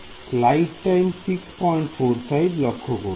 Student slide time 0645 লক্ষ করুন